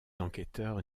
enquêteurs